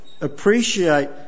appreciate